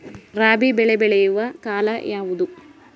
ರಾಬಿ ಬೆಳೆ ಬೆಳೆಯುವ ಕಾಲ ಯಾವುದು?